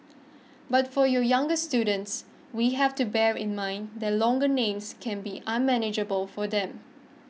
but for you younger students we have to bear in mind that longer names can be unmanageable for them